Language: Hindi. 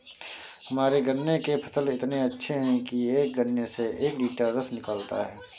हमारे गन्ने के फसल इतने अच्छे हैं कि एक गन्ने से एक लिटर रस निकालता है